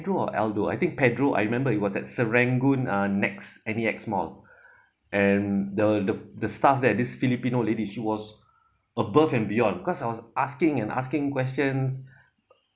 pedro or aldo I think pedro I remember it was at serangoon uh next N_E_X mall and the the the staff there this filipino lady she was above and beyond because I was asking and asking questions